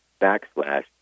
backslash